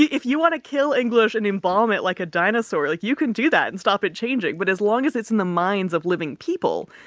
if you want to kill english and embalm it like a dinosaur, like, you can do that and stop it changing. but as long as it's in the minds of living people,